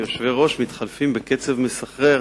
היושבי-ראש מתחלפים בקצב מסחרר,